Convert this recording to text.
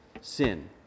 sin